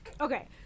Okay